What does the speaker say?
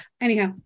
Anyhow